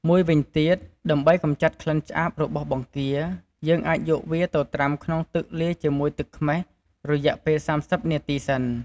មួយវិញទៀត ដើម្បីកំចាត់ក្លិនច្អាបរបស់បង្គា យើងអាចយកវាទៅត្រាំក្នុងទឹកលាយជាមួយទឹកខ្មេះ រយៈពេល៣០នាទីសិន។